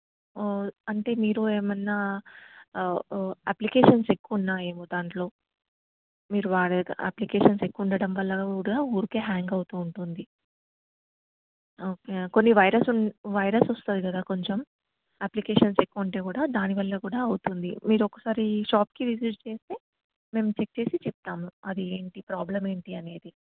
అంటే మీరు ఏమన్న అప్లికేషన్స్ ఎక్కువ ఉన్నాయే ఏమో దాంట్లో మీరు వాడే అప్లికేషన్స్ ఎక్కువ ఉండడం వల్ల కూడా ఊరికే హ్యాంగ్ అవుతు ఉంటుంది ఓకే కొన్ని వైరస్ వుం వైరస్ వస్తుంది కదా కొంచెం అప్లికేషన్స్ ఎక్కువ ఉంటే కూడా దానివల్ల కూడా అవుతుంది మీరు ఒకసారి షాప్కి విజిట్ చేస్తే మేము చెక్ చేసి చెప్తాము అది ఏంటి ప్రాబ్లం ఏంటి అనేది